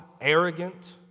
arrogant